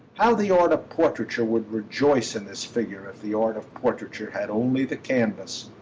how the art of portraiture would rejoice in this figure if the art of portraiture had only the canvas!